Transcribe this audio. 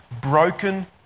broken